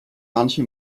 manche